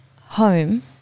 home